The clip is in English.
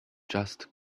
just